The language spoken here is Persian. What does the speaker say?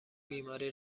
بیماری